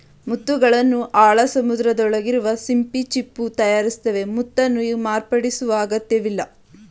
ಮುತ್ತುಗಳನ್ನು ಆಳ ಸಮುದ್ರದೊಳಗಿರುವ ಸಿಂಪಿ ಚಿಪ್ಪು ತಯಾರಿಸ್ತವೆ ಮುತ್ತನ್ನು ಮಾರ್ಪಡಿಸುವ ಅಗತ್ಯವಿಲ್ಲ